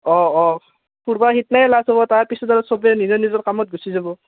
অঁ অঁ তাৰপিছত আৰু সবে নিজৰ নিজৰ কামত গুচি যাব